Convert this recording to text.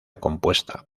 compuesta